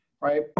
Right